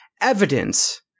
evidence